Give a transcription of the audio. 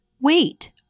Wait